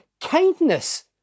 kindness